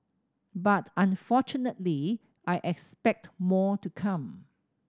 but unfortunately I expect more to come